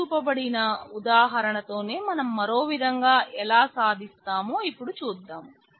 పైన చూపబడిన ఉదాహారణతోనే మనం మరో విధంగా ఎలా సాధిస్తామో ఇపుడు చూద్దాం